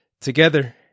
together